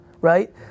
right